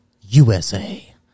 USA